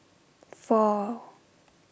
four